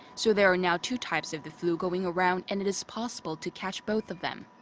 so there are now two types of the flu going around. and it is possible to catch both of them.